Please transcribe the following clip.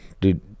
dude